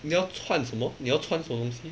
你要穿什么你要穿什么东西